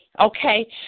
okay